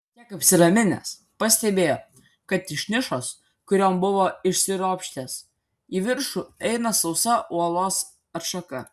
kiek apsiraminęs pastebėjo kad iš nišos kurion buvo įsiropštęs į viršų eina sausa uolos atšaka